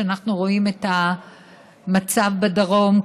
כשאנחנו רואים את המצב בדרום,